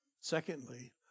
Secondly